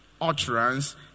utterance